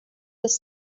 des